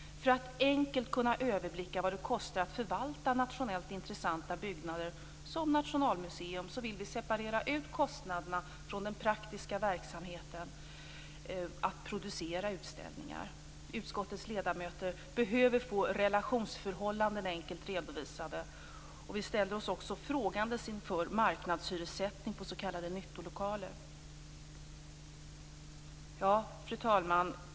För att enkelt kunna överblicka vad det kostar att förvalta nationellt intressanta byggnader, t.ex. Nationalmuseum, vill vi separera kostnaderna från den praktiska verksamheten till produktion av utställningar. Utskottets ledamöter behöver få relationsförhållandena enkelt redovisade. Vi ställer oss också frågande inför marknadshyressättning på s.k. nyttolokaler. Fru talman!